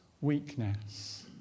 weakness